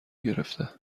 گرفته